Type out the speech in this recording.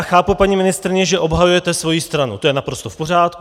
Chápu, paní ministryně, že obhajujete svoji stranu, to je naprosto v pořádku.